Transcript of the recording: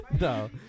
No